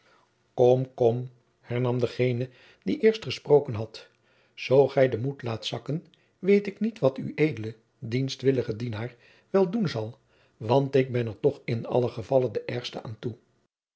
kom kom hernam degene die eerst gesproken had zoo gij den moed laat zakken weet ik niet wat ued dienstwillige dienaar wel doen zal want ik ben er toch in allen gevalle de ergste aan toe